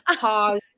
pause